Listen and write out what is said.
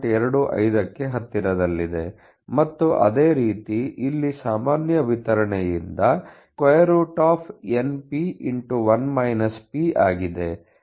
25 ಕ್ಕೆ ಹತ್ತಿರದಲ್ಲಿದೆ ಮತ್ತು ಅದೇ ರೀತಿ ಇಲ್ಲಿ ಸಾಮಾನ್ಯ ವಿತರಣೆಯಿಂದ np ಆಗಿದೆ